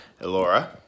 Laura